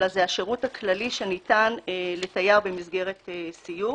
אלא זה השירות הכללי שניתן לתייר במסגרת סיור.